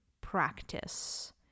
practice